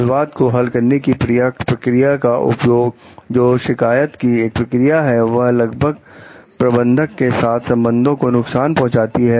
विवाद को हल करने की प्रक्रिया का उपयोग जोकि शिकायत की एक प्रक्रिया है वह लगभग प्रबंधक के साथ संबंधों को नुकसान पहुंचाती है